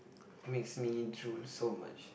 makes me drool so much